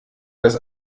das